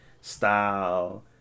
style